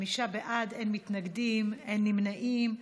חמישה בעד, אין מתנגדים, אין נמנעים.